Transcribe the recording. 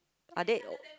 are they uh